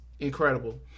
incredible